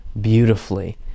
Beautifully